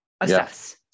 assess